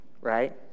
right